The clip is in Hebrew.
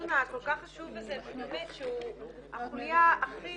הדיון הכל כך חשוב הזה שהוא החוליה הכי